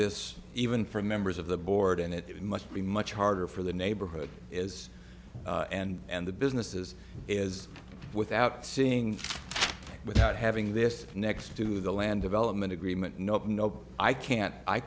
this even for members of the board and it would much be much harder for the neighborhood is and the businesses is without seeing without having this next to the land development agreement nope nope i can't i